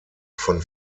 von